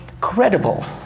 credible